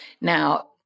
Now